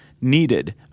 needed